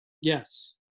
Yes